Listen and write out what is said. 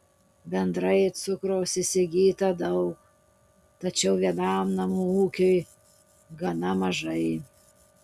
bendrai cukraus įsigyta daug tačiau vienam namų ūkiui gana mažai